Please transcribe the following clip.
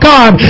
God